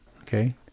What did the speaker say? Okay